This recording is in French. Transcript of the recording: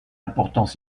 importance